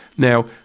Now